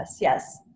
yes